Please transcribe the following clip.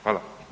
Hvala.